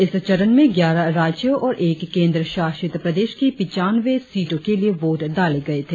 इस चरण में ग्यारह राज्यों और एक केंद्र शासित प्रदेश की पिचानवें सीटों के लिए वोट डाले जा रहे हैं